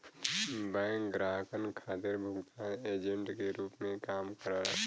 bank ग्राहकन खातिर भुगतान एजेंट के रूप में काम करला